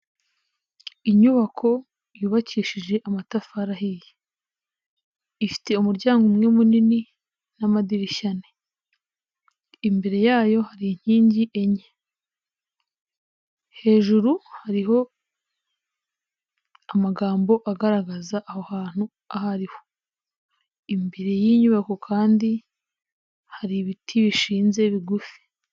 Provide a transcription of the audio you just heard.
Inyubako yubakishije amatafari ahiye, ifite umuryango umwe munini n'amadirishya ane, imbere yayo hari inkingi enye, hejuru hariho amagamo agaragaza aho hantu aho ahariho, imbere y'iyi nyubako kandi hari ibiti bishinze bigufi.